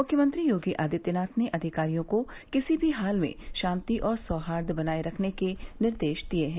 मुख्यमंत्री योगी आदित्यनाथ ने अधिकारियों को किसी भी हाल में शांति और सौहार्द बनाए रखने के निर्देश दिए हैं